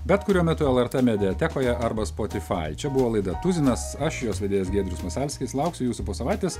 bet kuriuo metu lrt mediatekoje arba spotifai čia buvo laida tuzinas aš jos vedėjas giedrius masalskis lauksiu jūsų po savaitės